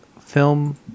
film